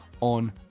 on